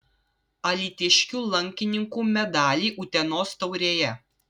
alytiškių lankininkų medaliai utenos taurėje